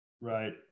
Right